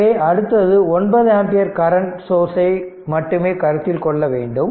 எனவே அடுத்தது 9 ampere current source ஐ மட்டுமே கருத்தில் கொள்ள வேண்டும்